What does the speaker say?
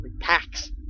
Packs